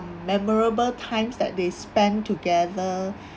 memorable times that they spend together